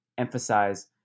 emphasize